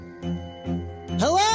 Hello